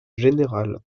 général